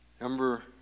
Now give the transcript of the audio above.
number